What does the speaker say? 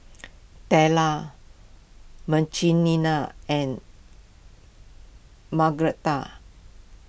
Tella Marcelina and Margretta